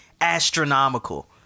Astronomical